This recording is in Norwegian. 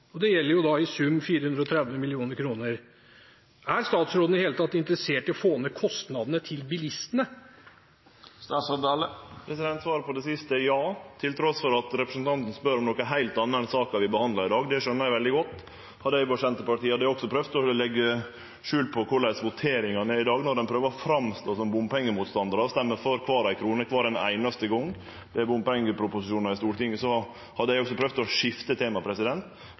og det gjelder i sum 430 mill. kr. Er statsråden i det hele tatt interessert i å få ned kostnadene til bilistene? Svaret på det siste er ja – trass i at representanten spør om noko heilt anna enn saka vi behandlar i dag. Det skjøner eg veldig godt. Hadde eg vore i Senterpartiet, hadde eg også prøvd å leggje skjul på korleis voteringane er i dag – når dei prøver å stå fram som bompengemotstandarar og stemmer for kvar ei krone kvar einaste gong det er bompengeproposisjonar i Stortinget. Då hadde eg også prøvd å skifte